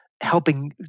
helping